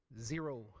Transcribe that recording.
Zero